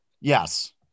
Yes